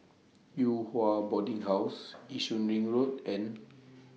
Yew Hua Boarding House Yishun Ring Road and